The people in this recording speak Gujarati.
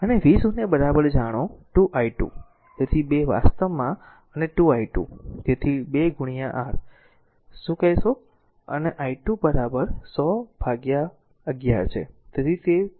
અને v0 જાણો 2 i2 તેથી 2 વાસ્તવમાં અને 2 i2 તેથી 2 r શું ક callલ અને i2 બરાબર 100 બાય 11 છે